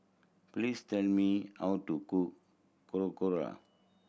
please tell me how to cook Korokke